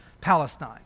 Palestine